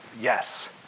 Yes